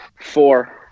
Four